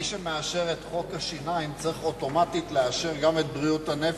מי שמאשר את חוק השיניים צריך אוטומטית לאשר את גם את בריאות הנפש.